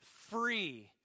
free